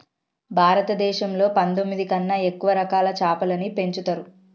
భారతదేశంలో పందొమ్మిది కన్నా ఎక్కువ రకాల చాపలని పెంచుతరు